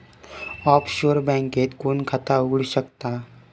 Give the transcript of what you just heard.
Offshore बँकेत कोण खाता उघडु शकता?